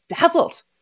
dazzled